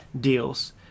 deals